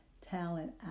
talent